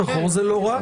שחור זה לא רע.